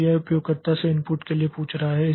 तो यह उपयोगकर्ता से इनपुट के लिए पूछ रहा है